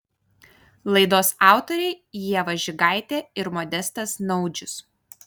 laidos autoriai ieva žigaitė ir modestas naudžius